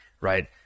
right